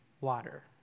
water